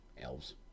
Elves